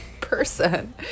person